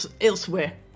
elsewhere